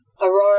Aurora